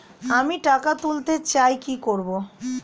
আমি টাকা তুলতে চাই কি করব?